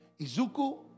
Izuku